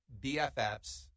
BFFs